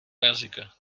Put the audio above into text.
jazyka